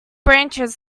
branches